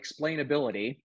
explainability